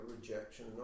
rejection